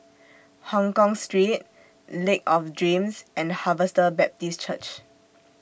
Hongkong Street Lake of Dreams and Harvester Baptist Church